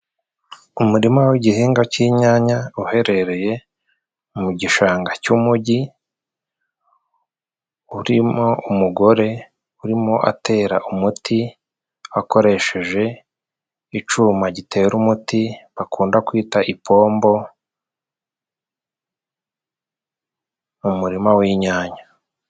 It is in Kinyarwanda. Umurima w'igihinga cy'inyanya uherereye mu gishanga cy'umujyi. Urimo umugore urimo atera umuti, akoresheje icuma gitera umuti, bakunda kwita ipombo mu murima w'inyanya.